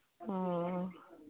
ओ